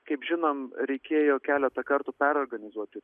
kaip žinom reikėjo keletą kartų perorganizuoti